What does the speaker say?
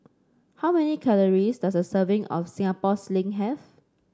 how many calories does a serving of Singapore Sling have